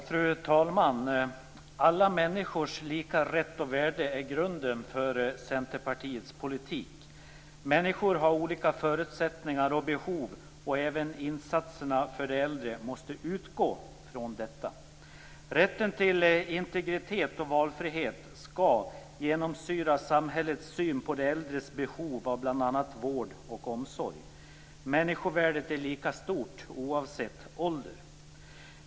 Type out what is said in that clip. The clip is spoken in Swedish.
Fru talman! Alla människors lika rätt och värde är grunden för Centerpartiets politik. Människor har olika förutsättningar och behov, och insatserna för de äldre måste utgå från dessa. Rätten till integritet och valfrihet skall genomsyra samhällets syn på de äldres behov av bl.a. vård och omsorg. Människovärdet är lika stort oavsett ålder.